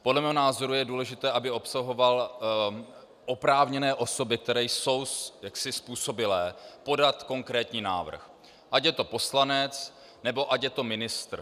Podle mého názoru je důležité, aby obsahoval oprávněné osoby, které jsou způsobilé podat konkrétní návrh, ať je to poslanec, nebo ať je to ministr.